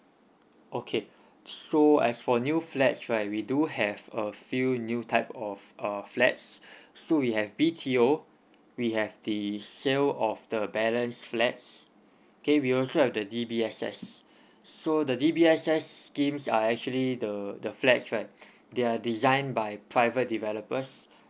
okay so as for new flats right we do have a few new type of err flats so we have B_T_O we have the sale of the balance flats okay we also have the D_B_S_S so the D_B_S_S schemes are actually the the flats right they are designed by private developers